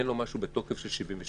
אם אין לו משהו בתוקף של 72 שעות.